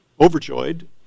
overjoyed